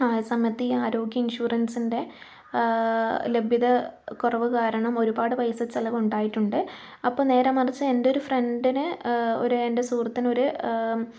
ആയ സമയത്ത് ഈ ആരോഗ്യ ഇൻഷുറൻസിൻ്റെ ലഭ്യത കുറവു കാരണം ഒരുപാട് പൈസച്ചിലവുണ്ടായിട്ടുണ്ട് അപ്പോൾ നേരെ മറിച്ച് എൻ്റെ ഒരു ഫ്രണ്ടിന് ഒരു എൻ്റെ സുഹൃത്തിനൊര്